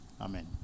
amen